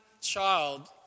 child